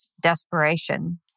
desperation